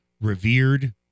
revered